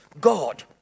God